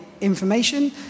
information